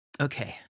Okay